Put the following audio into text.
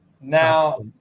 now